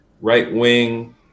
right-wing